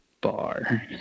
bar